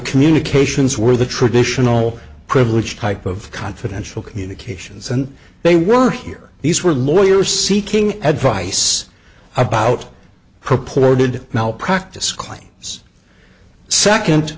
communications were the traditional privilege type of confidential communications and they were here these were lawyers seeking advice about purported malpractise claims second